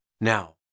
Now